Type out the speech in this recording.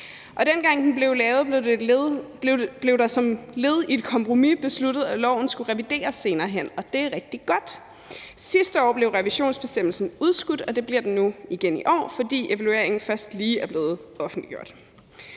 Dengang den blev lavet, blev der som led i et kompromis besluttet, at loven skulle revideres senere hen, og det er rigtig godt. Sidste år blev revisionsbestemmelsen udskudt, og det bliver den nu igen i år, fordi evalueringen først lige er blevet offentliggjort.